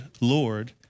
Lord